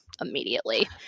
immediately